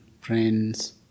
friends